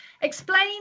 explain